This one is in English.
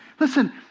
Listen